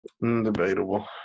Debatable